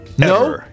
No